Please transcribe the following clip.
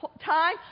time